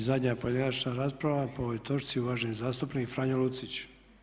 I zadnja pojedinačna rasprava po ovoj točci uvaženi zastupnik Franjo Lucić.